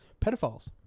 pedophiles